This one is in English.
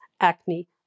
acne